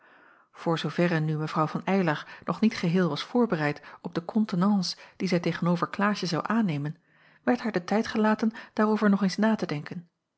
voor zooverre nu mw van eylar nog niet geheel was voorbereid op de contenance die zij tegen-over klaasje zou aannemen werd haar de tijd gelaten daarover nog eens na te denken